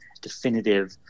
definitive